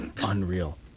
Unreal